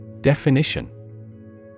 Definition